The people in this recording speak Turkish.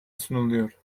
sunuluyor